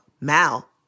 Mal